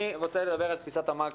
אני רוצה לדבר על תפיסת המקרו.